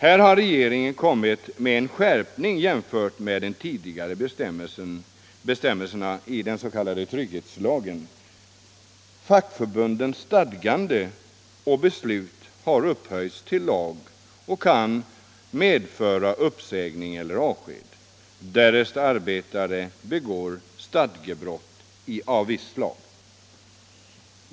Här har regeringen kommit med en skärpning jämfört med tidigare bestämmelser i den s.k. trygghetslagen. Fackförbundens stadganden och beslut har upphöjts till lag och kan medföra uppsägning eller avsked, därest arbetare begår stadgebrowut av visst slag.